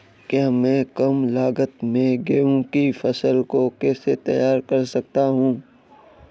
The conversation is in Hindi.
मैं कम लागत में गेहूँ की फसल को कैसे तैयार कर सकता हूँ?